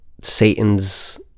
Satan's